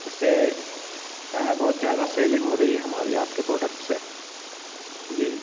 इससे क्या है बहुत ज़्यादा सेलिंग हो रही है हमारी आपके प्रोडक्ट से जी